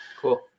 Cool